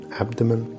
abdomen